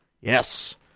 Yes